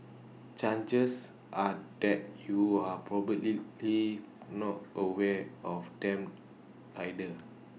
changes are that you're probably not aware of them either